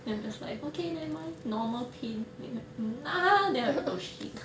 then just like okay never mind normal pain then like nah then like oh shit